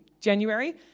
January